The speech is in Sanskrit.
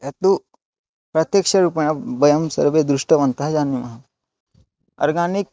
यत्तु प्रत्यक्षरूपेण वयं सर्वे दृष्टवन्तः जानीमः अर्गानिक्